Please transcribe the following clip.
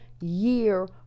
year